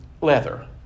leather